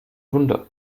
wunder